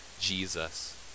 jesus